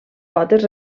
potes